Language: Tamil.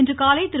இன்றுகாலை திரு